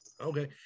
okay